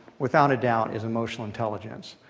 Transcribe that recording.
without a doubt, is emotional intelligence.